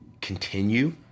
continue